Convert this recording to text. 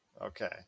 Okay